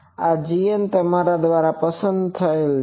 આ gn તમારા દ્વારા પસંદ થયેલ છે